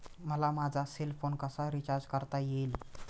मला माझा cell phone कसा रिचार्ज करता येईल?